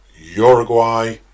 Uruguay